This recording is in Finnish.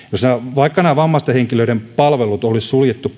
vaikka nämä vammaisten henkilöiden palvelut olisi suljettu